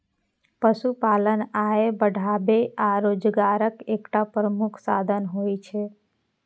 पशुपालन आय बढ़ाबै आ रोजगारक एकटा प्रमुख साधन होइ छै